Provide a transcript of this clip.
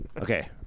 Okay